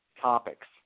topics